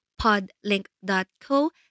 podlink.co